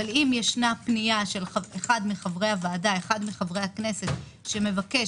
אבל אם יש פנייה של אחד מחברי הכנסת שמבקש